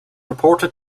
reported